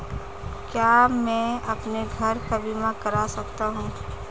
क्या मैं अपने घर का बीमा करा सकता हूँ?